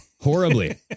Horribly